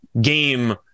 game